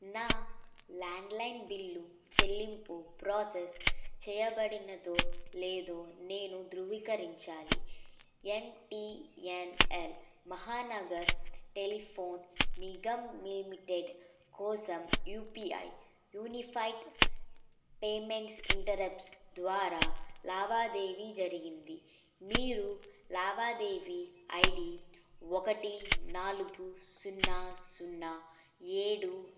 నా landline bill చెల్లింపు process చేయబడినదో లేదో నేను ధృవీకరించాలి M T N L Mahanagar telephone Nigam limited కోసం U P I unified payments interface ద్వారా లావాదేవీ జరిగింది మీరు లావాదేవీ ఐ డి ఒకటి నాలుగు సున్నా సున్నా ఏడు